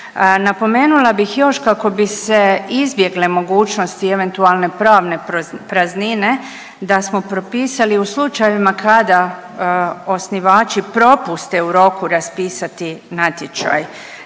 Napomenula bih još kako bi se izbjegle mogućnosti eventualne pravne praznine da smo propisali u slučajevima kada osnivači propuste u roku raspisati natječaj